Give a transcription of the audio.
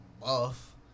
buff